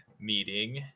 meeting